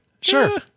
Sure